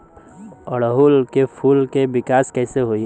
ओड़ुउल के फूल के विकास कैसे होई?